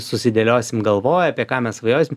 susidėliosim galvoj apie ką mes svajosim